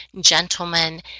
gentlemen